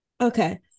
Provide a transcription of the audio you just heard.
okay